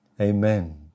Amen